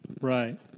Right